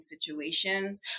situations